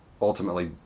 ultimately